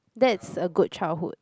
that's a good childhood